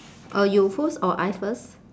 uh you first or I first